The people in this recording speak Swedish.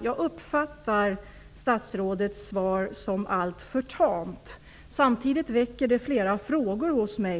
Jag uppfattar statsrådets svar på min fråga som alltför tamt. Samtidigt väcker det flera frågor hos mig.